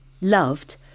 loved